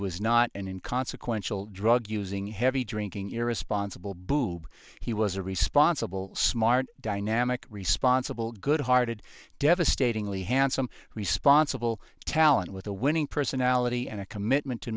was not an in consequential drug using heavy drinking irresponsible boob he was a responsible smart dynamic responsible good hearted devastatingly handsome responsible talent with a winning personality and a commitment to